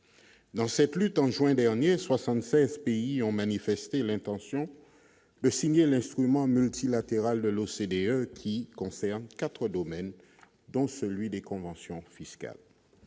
dans cette lutte en juin dernier 76 pays ont manifesté l'intention de signer l'instrument multilatéral de l'OCDE qui concerne 4 domaines dont celui des conventions fiscales